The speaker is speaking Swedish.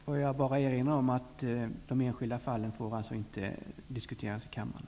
Får jag bara erinra om att enskilda fall inte får diskuteras i kammaren.